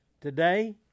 Today